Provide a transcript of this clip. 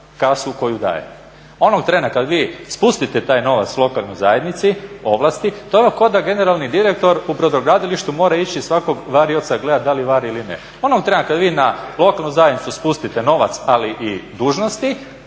kasu koju daje. Onog trena kad vi spustite taj novac lokalnoj zajednici, ovlasti to vam je kao da generalni direktor u brodogradilištu mora ići svakog varioca gledati da li vari ili ne. Onog trena kad vi na lokalnu zajednicu spustite novac, ali i dužnosti